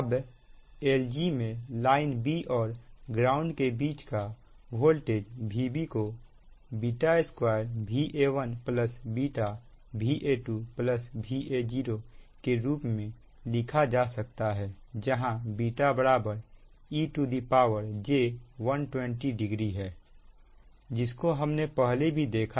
अब L G में line b और ग्राउंड के बीच का वोल्टेज Vb को β2 Va1 β Va2 Va0 के रूप में लिखा जा सकता है जहां β ej120 डिग्री है जिसको हमने पहले भी देखा